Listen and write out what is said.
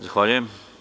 Zahvaljujem.